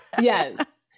Yes